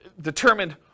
determined